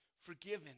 forgiven